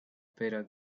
better